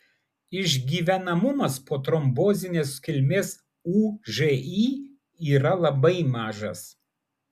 išgyvenamumas po trombozinės kilmės ūži yra labai mažas